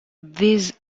these